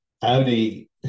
Audi